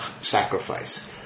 sacrifice